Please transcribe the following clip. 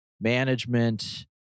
management